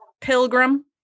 Pilgrim